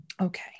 Okay